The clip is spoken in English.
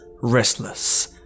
restless